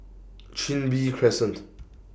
Chin Bee Crescent